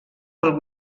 pel